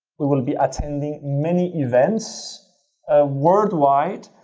we will be attending many events ah worldwide.